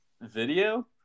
video